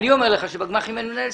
אני אומר לך שבגמ"חים אין מנהל סניף.